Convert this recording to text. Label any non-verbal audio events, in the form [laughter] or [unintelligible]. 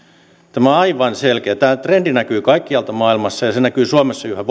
tämä on aivan selkeää tämä trendi näkyy kaikkialla maailmassa ja se näkyy suomessa yhä [unintelligible]